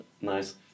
nice